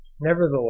Nevertheless